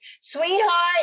Sweetheart